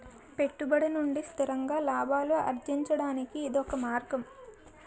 పెట్టుబడి నుంచి స్థిరంగా లాభాలు అర్జించడానికి ఇదొక మార్గం